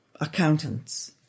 accountants